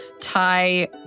tie